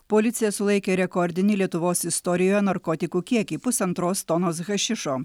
policija sulaikė rekordinį lietuvos istorijo narkotikų kiekį pusantros tonos hašišo